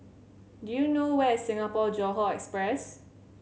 do you know where is Singapore Johore Express